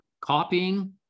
copying